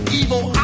evil